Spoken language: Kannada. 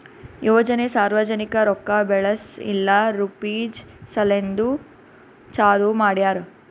ಯೋಜನೆ ಸಾರ್ವಜನಿಕ ರೊಕ್ಕಾ ಬೆಳೆಸ್ ಇಲ್ಲಾ ರುಪೀಜ್ ಸಲೆಂದ್ ಚಾಲೂ ಮಾಡ್ಯಾರ್